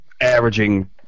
averaging